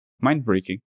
mind-breaking